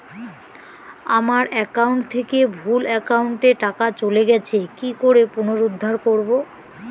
আমার একাউন্ট থেকে ভুল একাউন্টে টাকা চলে গেছে কি করে পুনরুদ্ধার করবো?